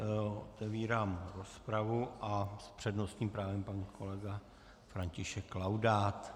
Otevírám rozpravu a s přednostním právem pan kolega František Laudát.